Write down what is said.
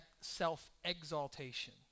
self-exaltation